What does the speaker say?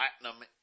Platinum